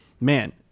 man